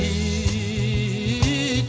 he